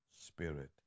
Spirit